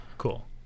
Cool